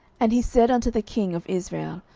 and he said unto the king of israel,